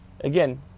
again